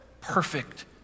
perfect